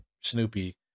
Snoopy